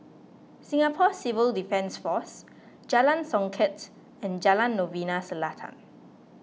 Singapore Civil Defence force Jalan Songket and Jalan Novena Selatan